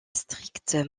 stricte